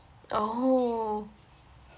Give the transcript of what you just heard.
oh